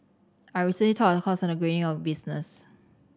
I recently taught a course on the greening of business